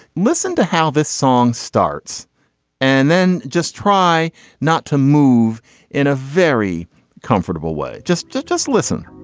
listen to how this song starts and then just try not to move in a very comfortable way just just just listen.